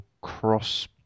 cross